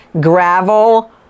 gravel